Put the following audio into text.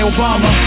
Obama